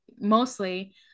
mostly